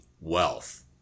wealth